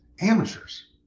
amateurs